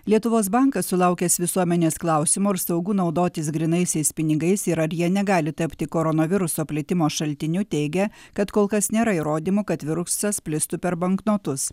lietuvos bankas sulaukęs visuomenės klausimų ar saugu naudotis grynaisiais pinigais ir ar jie negali tapti koronaviruso plitimo šaltiniu teigia kad kol kas nėra įrodymų kad virusas plistų per banknotus